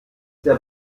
der